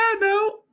no